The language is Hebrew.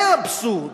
זה האבסורד.